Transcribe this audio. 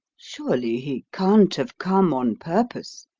surely he can't have come on purpose!